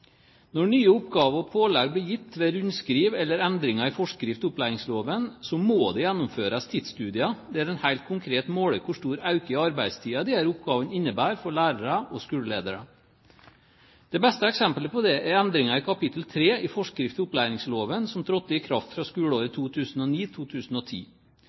Når nye oppgaver og pålegg blir gitt ved rundskriv eller endringer i forskrift til opplæringsloven, må det gjennomføres tidsstudier der man helt konkret måler hvor stor økning i arbeidstiden disse oppgavene innebærer for lærere og skoleledere. Det beste eksemplet på det er endringen i kapittel 3 i forskrift til opplæringsloven, som trådte i kraft fra skoleåret